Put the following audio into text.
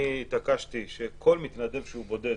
אני התעקשתי שכל מתנדב שהוא בודד,